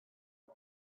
one